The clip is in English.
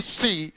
see